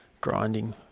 grinding